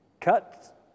cut